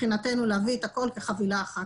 מבחינתנו להביא את הכול כחבילה אחת.